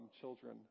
children